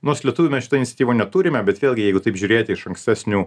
nors lietuviai mes šitų iniciatyvų neturime bet vėlgi jeigu taip žiūrėt iš ankstesnių